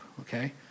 okay